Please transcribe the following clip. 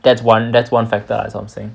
that's one that's one factor I was saying